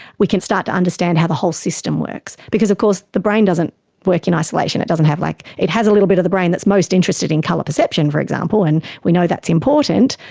we can start to understand how the whole system works. because of course the brain doesn't work in isolation, it doesn't have like it has a little bit of the brain that's most interested in colour perception, for example, and we know that's important,